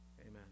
Amen